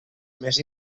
més